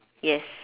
yes